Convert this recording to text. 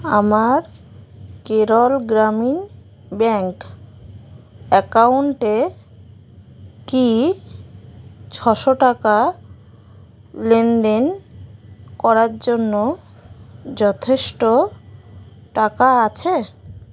আমার কেরল গ্রামীণ ব্যাঙ্ক অ্যাকাউন্টে কি ছশো টাকা লেনদেন করার জন্য যথেষ্ট টাকা আছে